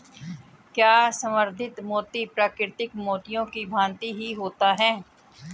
क्या संवर्धित मोती प्राकृतिक मोतियों की भांति ही होता है?